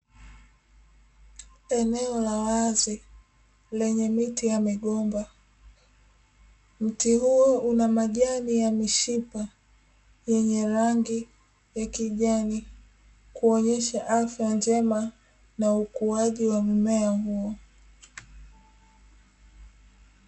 Eneo la wazi lenye miti ya migomba, mti huo unamajani ya mishipa yenye rangi ya kijani, kuonyesha afya njema na ukuaji wa mmea huo.